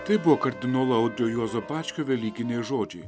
tai buvo kardinolo audrio juozo bačkio velykiniai žodžiai